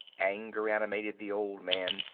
anger animated the old man,